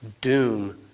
Doom